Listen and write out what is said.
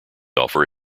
offer